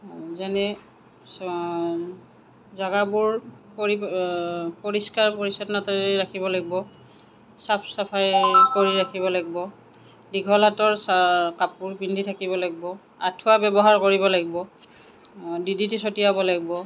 যেনে জাগাবোৰ পৰিষ্কাৰ পৰিচছন্নতাৰে ৰাখিব লাগিব চাফ চাফাই কৰি ৰাখিব লাগিব দীঘল হাতৰ কাপোৰ পিন্ধি থাকিব লাগিব আঠুৱা ব্যৱহাৰ কৰিব লাগিব ডি ডি টি চটিয়াব লাগিব